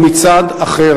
ומצד אחר,